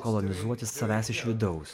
kolonizuoti savęs iš vidaus